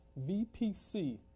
VPC